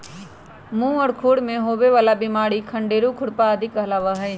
मुह और खुर में होवे वाला बिमारी खंडेरू, खुरपा आदि कहलावा हई